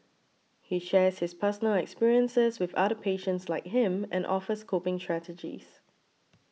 he shares his personal experiences with other patients like him and offers coping strategies